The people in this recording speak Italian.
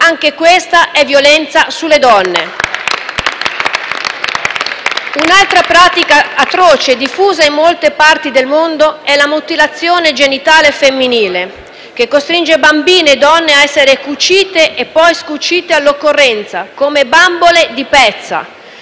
dai Gruppi L-SP-PSd'Az e M5S).* Un'altra pratica atroce, diffusa in molte parti del mondo, è la mutilazione genitale femminile, che costringe bambine e donne a essere cucite e poi scucite all'occorrenza, come bambole di pezza,